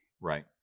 Right